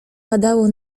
padało